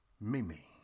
Mimi